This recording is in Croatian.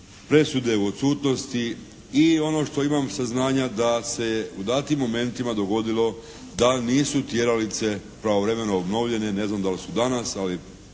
presude u odsutnosti i ono što imam saznanja da se u datim momentima dogodilo da nisu tjeralice pravovremeno obnovljene, ne znam da li su danas, ali